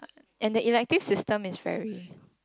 and the electives system is very